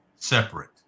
separate